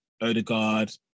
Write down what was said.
Odegaard